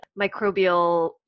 microbial